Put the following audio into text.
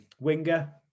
winger